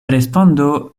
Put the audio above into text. respondo